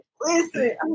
listen